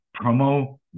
promo